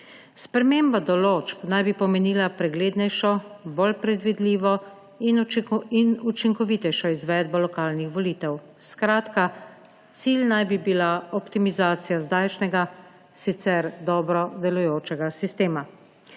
Sprememba določb naj bi pomenila preglednejšo, bolj predvidljivo in učinkovitejšo izvedbo lokalnih volitev. Skratka, cilj naj bi bila optimizacija zdajšnjega, sicer dobro delujočega sistema.